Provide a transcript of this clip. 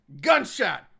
Gunshot